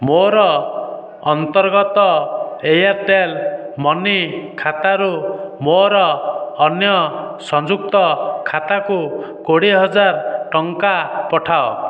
ମୋ'ର ଅନ୍ତର୍ଗତ Airtel money ଖାତାରୁ ମୋ'ର ଅନ୍ୟ ସଂଯୁକ୍ତ ଖାତାକୁ କୋଡ଼ିଏହଜାର ଟଙ୍କା ପଠାଅ